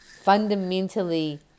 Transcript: fundamentally